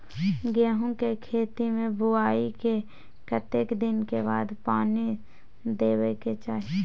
गेहूँ के खेती मे बुआई के कतेक दिन के बाद पानी देबै के चाही?